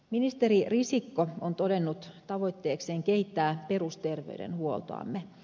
ministeri risikko on todennut tavoitteekseen kehittää perusterveydenhuoltoamme